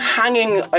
hanging